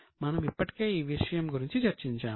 మనము ఇప్పటికే ఈ విషయం గురించి చర్చించాము